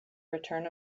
return